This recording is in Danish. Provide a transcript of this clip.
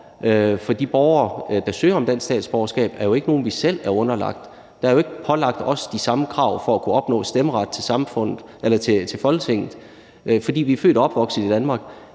for de borgere, der søger om dansk statsborgerskab, er jo ikke nogle, vi selv er underlagt. Der er jo ikke pålagt os de samme krav for at kunne opnå stemmeret til folketingsvalg, fordi vi er født og opvokset i Danmark.